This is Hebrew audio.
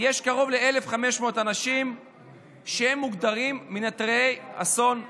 קרוב ל-1,500 אנשים שמוגדרים מנטרלי אסון צ'רנוביל,